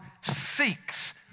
seeks